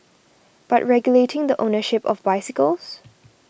but regulating the ownership of bicycles